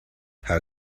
how